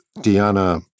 Diana